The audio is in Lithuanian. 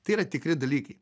tai yra tikri dalykai